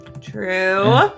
True